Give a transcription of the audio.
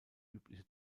übliche